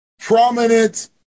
prominent